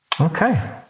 Okay